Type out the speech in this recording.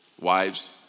Wives